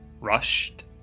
rushed